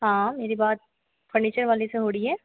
हाँ मेरी बात फ़र्नीचर वाले से हो रही है